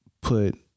put